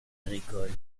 agricoles